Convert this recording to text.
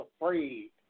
afraid